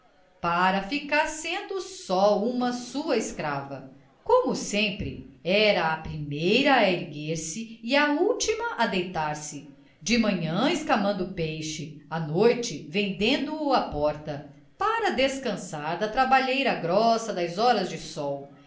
para ficar sendo só uma sua escrava como sempre era a primeira a erguer-se e a ultima a deitar-se de manhã escamando peixe à noite vendendo o à porta para descansar da trabalheira grossa das horas de sol